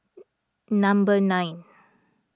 number nine